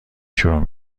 شروع